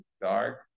dark